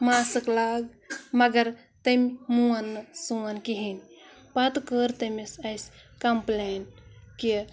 mask لاگ مگر تٔمۍ مون نہٕ سون کِہیٖنۍ پَتہٕ کٔر تٔمِس اَسہِ کمپٕلین کہِ